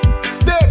Stay